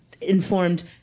informed